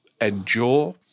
endure